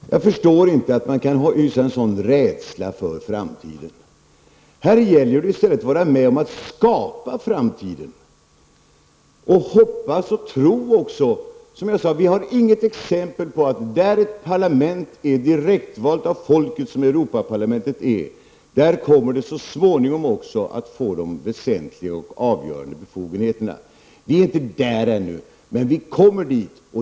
Herr talman! Jag förstår inte att Elisabet Franzén kan hysa en sådan rädsla för framtiden. Här gäller det i stället att vara med om att skapa framtiden. Det handlar om att hoppas och tro på den. Vi har inget exempel på det ännu, men ett parlament som Europaparlamentet, vilket är direktvalt av folket, kommer så småningom att få de väsentliga och avgörande befogenheterna. Vi är inte där ännu, men vi kommer dit.